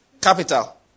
capital